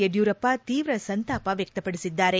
ಯಡಿಯೂರಪ್ಪ ತೀವ್ರ ಸಂತಾಪ ವ್ಯಕ್ತಪಡಿಸಿದ್ದಾರೆ